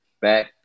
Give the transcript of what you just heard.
back